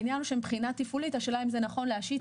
העניין הוא שמבחינה תפעולית השאלה אם זה נכון להשית